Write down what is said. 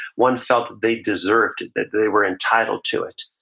one felt that they deserved it, that they were entitled to it.